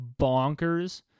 bonkers